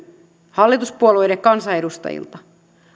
hallituspuolueiden kansanedustajilta